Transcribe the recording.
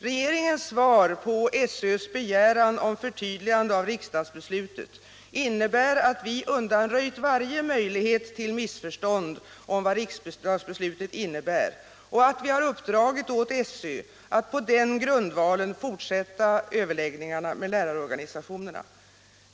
Regeringens svar på SÖ:s begäran om förtydligande av riksdagsbeslutet innebär att vi undanröjt varje möjlighet till missförstånd om vad riksdagsbeslutet innebär och att vi uppdragit åt SÖ att på den grundvalen fortsätta överläggningarna med lärarorganisationerna.